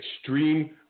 Extreme